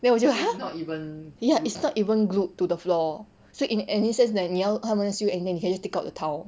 then 我就 !huh! ya it's not even glued to the floor so in any sense like 你要他们修 anything you can just take out the tile